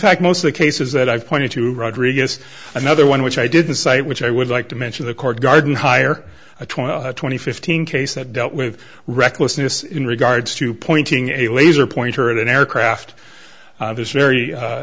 fact most of the cases that i've pointed to rodriguez another one which i didn't cite which i would like to mention the court gardenhire a twelve twenty fifteen case that dealt with recklessness in regards to pointing a laser pointer at an aircraft this very